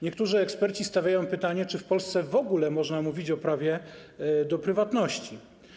Niektórzy eksperci stawiają pytanie: Czy w Polsce w ogóle można mówić o prawie do prywatności?